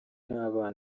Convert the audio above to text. nk’abana